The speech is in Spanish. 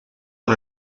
con